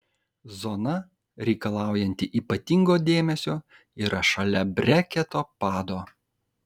zona reikalaujanti ypatingo dėmesio yra šalia breketo pado